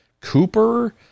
Cooper